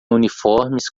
uniformes